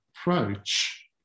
approach